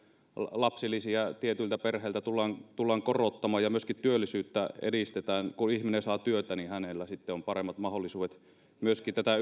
lapsilisiä tietyille perheille tullaan tullaan korottamaan ja myöskin työllisyyttä edistetään kun ihminen saa työtä niin hänellä sitten on paremmat mahdollisuudet myöskin tätä